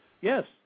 Yes